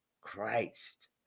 Christ